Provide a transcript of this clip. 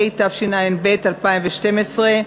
התשע"ב 2012,